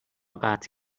قطع